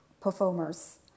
performers